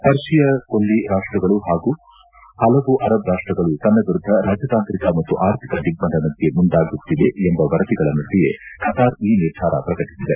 ಪರ್ತಿಯ ಕೊಲ್ಲಿ ರಾಷ್ಟಗಳು ಹಾಗೂ ಹಲವು ಅರಬ್ ರಾಷ್ಟಗಳು ತನ್ನ ವಿರುದ್ದ ರಾಜತಾಂತ್ರಿಕ ಮತ್ತು ಆರ್ಥಿಕ ದಿಗ್ಗಂಧನಕ್ಕೆ ಮುಂದಾಗುತ್ತಿವೆ ಎಂಬ ವರದಿಗಳ ನಡುವೆಯೇ ಕತಾರ್ ಈ ನಿರ್ಧಾರ ಪ್ರಕಟಿಸಿದೆ